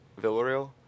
Villarreal